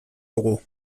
dugu